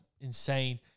insane